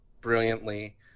brilliantly